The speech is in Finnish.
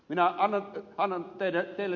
minä annan teille tietoa